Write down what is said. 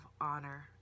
honor